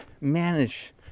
manage